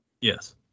Yes